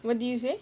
what did you say